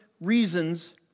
reasons